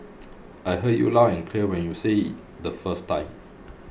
I heard you loud and clear when you say the first time